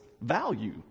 value